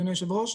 אדוני היושב-ראש.